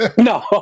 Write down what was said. No